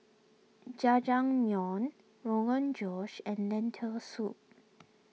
Jajangmyeon Rogan Josh and Lentil Soup